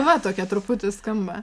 va tokia truputį skamba